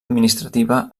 administrativa